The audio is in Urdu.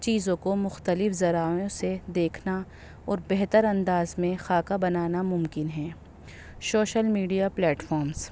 چیزوں کو مختلف ذراعوں سے دیکھنا اور بہتر انداز میں خاکہ بنانا ممکن ہے سوشل میڈیا پلیٹفارمس